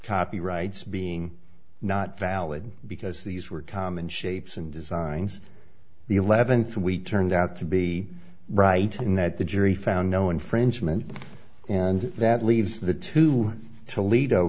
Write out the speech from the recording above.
copyrights being not valid because these were common shapes and designs the eleventh we turned out to be right in that the jury found no infringement and that leaves the two toledo